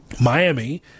Miami